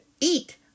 eat